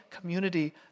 community